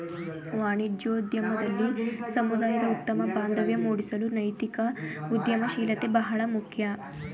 ವಾಣಿಜ್ಯೋದ್ಯಮದಲ್ಲಿ ಸಮುದಾಯದ ಉತ್ತಮ ಬಾಂಧವ್ಯ ಮೂಡಿಸಲು ನೈತಿಕ ಉದ್ಯಮಶೀಲತೆ ಬಹಳ ಮುಖ್ಯ